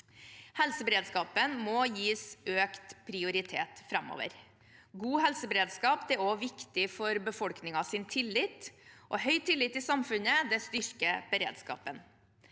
Helseberedskapen må gis økt prioritet framover. God helseberedskap er også viktig for befolkningens tillit. Høy tillit i samfunnet styrker beredskapen.